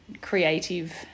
creative